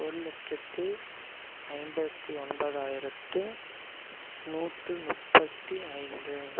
ஒருலட்சத்து ஐம்பத்தி ஒன்பதாயிரத்து நூற்று முப்பத்தி ஐந்து